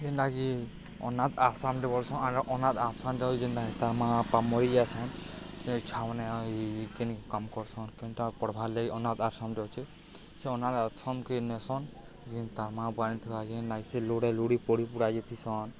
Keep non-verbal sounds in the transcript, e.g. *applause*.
ଯେନ୍ଟାକି ଅନାଥ ଆଶ୍ରମ୍ରେ ବସନ୍ ଆର୍ ଅନାଥ *unintelligible* ଯେନ୍ତା ତା'ର୍ ମାଆ ବାପା ମରିି ଯାସନ୍ ସେ ଛୁଆମାନେ ଏଇ କେନ କାମ କରସନ୍ କେନ୍ତା ପଢ଼୍ବାର୍ ଲାଗି ଅନାଥ ଆଶ୍ରମ୍ରେ ଅଛେ ସେ ଅନାଥ ଆଶ୍ରମ୍କେ ନେସନ୍ ଯେନ୍ ତା'ର୍ ମାଆ *unintelligible* ଯେନ୍ ନ ସେ ଲୁଡ଼େ ଲୁଡ଼ି ପଡ଼ି ପୁରା ଯିଥିସନ୍